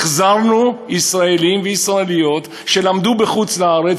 החזרנו ישראלים וישראליות שלמדו בחוץ-לארץ,